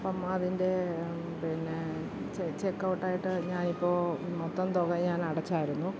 അപ്പം അതിൻറെ പിന്നെ ചെ ചെക്ക് ഔട്ട് ആയിട്ട് ഞാനിപ്പോൾ മൊത്തം തുക ഞാൻ അടച്ചിരുന്നു